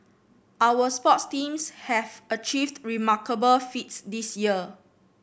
our sports teams have achieved remarkable feats this year